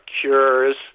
cures